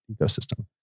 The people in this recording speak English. ecosystem